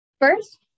First